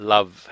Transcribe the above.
Love